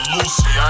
Lucy